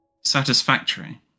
Satisfactory